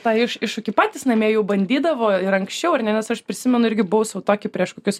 tą iš iššūkį patys namie jau bandydavo ir anksčiau ar ne nes aš prisimenu irgi buvau sau tokį prieš kokius